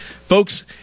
Folks